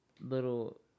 little